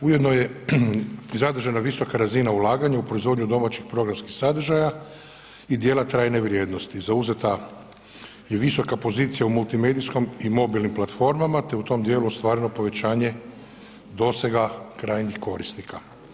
Ujedno je i zadržana visoka razina ulaganja u proizvodnju domaćih programskih sadržaja i dijela trajne vrijednosti, zauzeta i visoka pozicija u multimedijskom i mobilnim platformama, te u tom dijelu ostvareno povećanje dosega krajnjih korisnika.